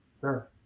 Sure